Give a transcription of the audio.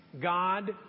God